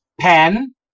Pen